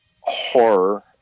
horror